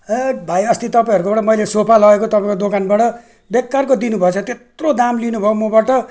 हैट भाइ अस्ति तपाईँहरूकोबाट मैले सोफा लगेको तपाईँको दोकानबाट बेकारको दिनुभएछ त्यत्रो दाम लिनुभयो मबाट